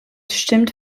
stimmt